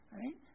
right